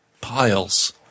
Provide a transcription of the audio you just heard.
piles